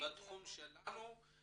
בתחום שלהם,